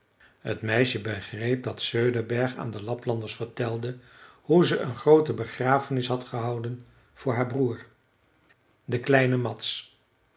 t meisje begreep dat söderberg aan de laplanders vertelde hoe ze een groote begrafenis had gehouden voor haar broer de kleine mads